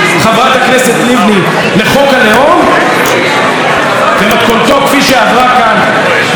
לבני לחוק הלאום במתכונתו כפי שעברה כאן במחצית יולי,